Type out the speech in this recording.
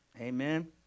Amen